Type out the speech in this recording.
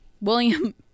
William